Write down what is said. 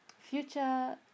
future